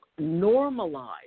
normalize